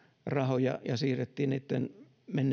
rahoja ja siirrettiin niitä niitten